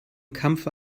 kampfe